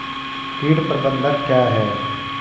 कीट प्रबंधन क्या है?